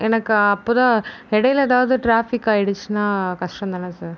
எனக்கு அப்போதான் இடைல எதாவது ட்ராஃபிக் ஆயிடுச்சுன்னா கஷ்டந்தானே சார்